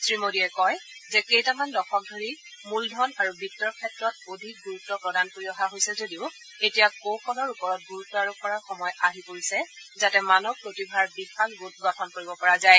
শ্ৰীমোদীয়ে কয় যে কেইটামান দশক ধৰি মূলধন আৰু বিত্তৰ ক্ষেত্ৰত অধিক গুৰুত্ব প্ৰদান কৰি অহা হৈছে যদিও এতিয়া কৌশলৰ ওপৰত গুৰুত্ব আৰোপ কৰাৰ সময় আহি পৰিছে যাতে মানৱ প্ৰতিভাৰ বিশাল গোট গঠন কৰিব পৰা যায়